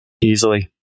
easily